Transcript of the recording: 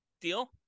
deal